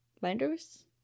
Binders